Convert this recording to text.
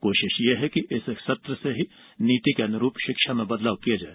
कोशिश यह है कि इसी सत्र से नीति के अनुरूप शिक्षा में बदलाव किया जाए